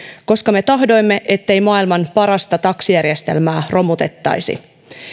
koska me tahdoimme ettei maailman parasta taksijärjestelmää romutettaisi